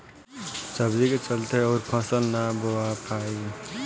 सब्जी के चलते अउर फसल नाइ बोवा पाई